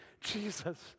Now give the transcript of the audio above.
Jesus